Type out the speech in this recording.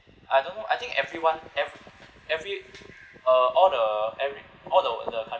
I don't know I think everyone every every uh all the every all the the countries